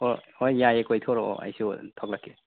ꯍꯣꯏ ꯌꯥꯏꯑꯦ ꯀꯣꯏꯊꯣꯔꯛꯑꯣ ꯑꯩꯁꯨ ꯊꯣꯛꯂꯛꯀꯦ